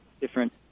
different